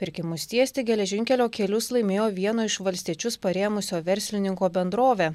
pirkimus tiesti geležinkelio kelius laimėjo vieno iš valstiečius parėmusio verslininko bendrovė